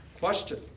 Question